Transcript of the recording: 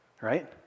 right